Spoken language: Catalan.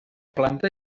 planta